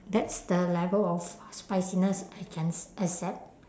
that's the level of spiciness I can s~ accept